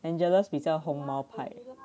angela 比较红毛派